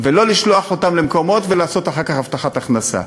לא לשלוח אותם למקומות ולתת אחר כך הבטחת הכנסה.